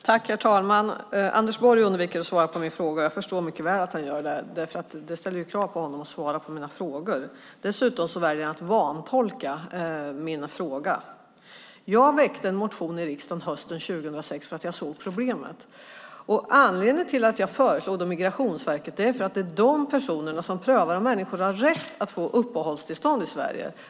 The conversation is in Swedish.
Herr talman! Anders Borg undviker att svara på min fråga. Jag förstår mycket väl att han gör det, för det ställer ju krav på honom att svara på mina frågor. Dessutom väljer han att vantolka min fråga. Jag väckte en motion i riksdagen hösten 2006 därför att jag såg problemet. Anledningen till att jag föreslog Migrationsverket var att det är de som prövar om människor har rätt att få uppehållstillstånd i Sverige.